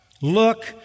look